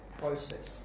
process